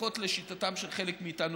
לפחות לשיטתם של חלק מאיתנו,